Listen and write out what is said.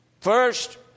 First